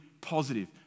positive